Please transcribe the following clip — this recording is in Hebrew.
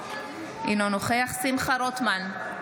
אינו נוכח שמחה רוטמן,